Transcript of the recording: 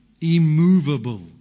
immovable